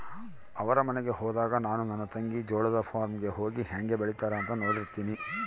ಅವರ ಮನೆಗೆ ಹೋದಾಗ ನಾನು ನನ್ನ ತಂಗಿ ಜೋಳದ ಫಾರ್ಮ್ ಗೆ ಹೋಗಿ ಹೇಂಗೆ ಬೆಳೆತ್ತಾರ ಅಂತ ನೋಡ್ತಿರ್ತಿವಿ